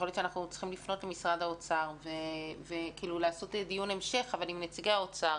שאנחנו צריכים לפנות למשרד האוצר ולעשות דיון המשך עם נציגי האוצר.